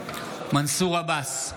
בעד מנסור עבאס,